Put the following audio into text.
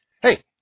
hey